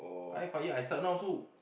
I five year I start now also